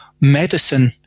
medicine